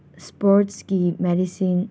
ꯏꯁꯄꯣꯔꯠꯁꯀꯤ ꯃꯦꯗꯤꯁꯤꯟ